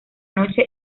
noche